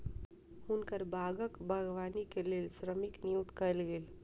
हुनकर बागक बागवानी के लेल श्रमिक नियुक्त कयल गेल